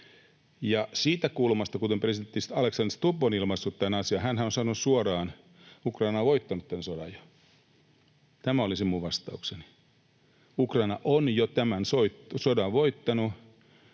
siitä kulmasta presidentti Alexander Stubb on ilmaissut tämän asian niin, että hänhän on sanonut suoraan, että Ukraina on jo voittanut tämän sodan — ja tämä on se minun vastaukseni: Ukraina on jo tämän sodan voittanut.